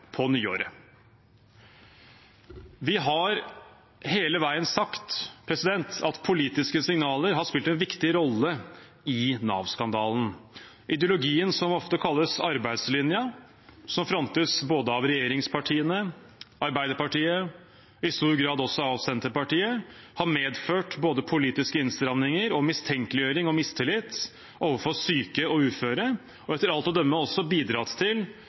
på nyåret. Vi har hele veien sagt at politiske signaler har spilt en viktig rolle i Nav-skandalen. Ideologien som ofte kalles arbeidslinjen, som frontes både av regjeringspartiene, av Arbeiderpartiet og i stor grad også av Senterpartiet, har medført både politiske innstramninger, mistenkeliggjøring og mistillit overfor syke og uføre og har etter alt å dømme også bidratt til